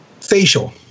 Facial